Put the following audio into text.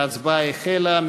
ההצבעה החלה.